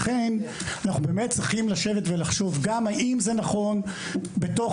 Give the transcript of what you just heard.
לכן אנחנו באמת צריכים לשבת ולחשוב גם האם זה נכון בתוך,